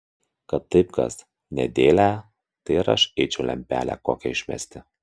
kad taip kas nedėlią tai ir aš eičiau lempelę kokią išmesti